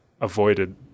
avoided